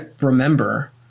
remember